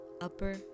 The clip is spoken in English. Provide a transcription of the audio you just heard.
upper